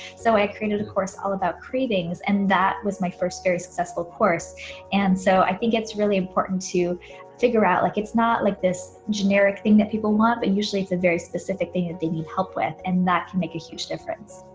so i created of course all about cravings and that was my first very successful course and so i think it's really important to figure out like it's not like this generic thing that people want but usually it's very specific things they need help with and that can make a huge difference.